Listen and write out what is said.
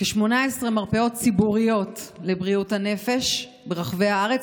כ-18 מרפאות ציבוריות לבריאות הנפש ברחבי הארץ,